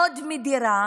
מאוד מדירה,